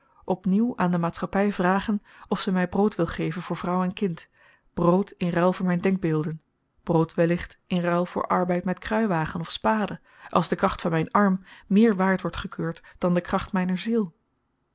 op nieuw aan de maatschappy vragen of ze my brood wil geven voor vrouw en kind brood in ruil voor myn denkbeelden brood wellicht in ruil voor arbeid met kruiwagen of spade als de kracht van myn arm meer waard wordt gekeurd dan de kracht myner ziel